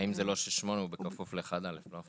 האם זה לא 8 ובכפוף ל-1א, לא?